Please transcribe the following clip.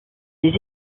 les